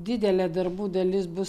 didelė darbų dalis bus